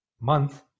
month